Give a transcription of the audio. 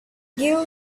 give